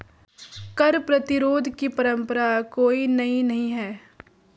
कर प्रतिरोध की परंपरा कोई नई नहीं है